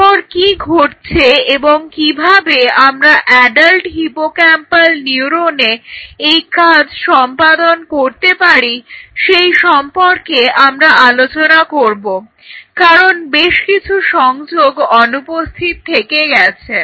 এরপর কি ঘটছে এবং কিভাবে আমরা অ্যাডাল্ট হিপোক্যাম্পাল নিউরনে এই কাজ সম্পাদন করতে পারি সেই সম্পর্কে আমরা আলোচনা করব কারন বেশকিছু সংযোগ অনুপস্থিত থেকে গেছে